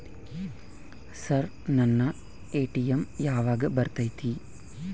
Sir ನನ್ನ ATM ಯಾವಾಗ ಬರತೈತಿ?